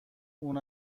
اون